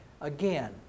again